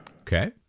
Okay